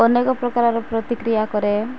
ଅନେକ ପ୍ରକାରର ପ୍ରତିକ୍ରିୟା କରେ